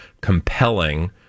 compelling